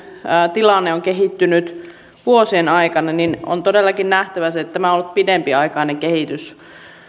tilanne ovat kehittyneet vuosien aikana on todellakin nähtävä se että tämä on ollut pitempiaikainen kehitys